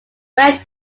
french